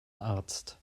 arzt